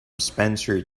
spencer